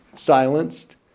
silenced